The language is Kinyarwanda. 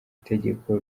itegeko